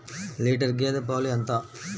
Litre గేదె పాలు ఎంత?